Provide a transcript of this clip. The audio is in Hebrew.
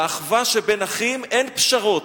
באחווה שבין אחים אין פשרות.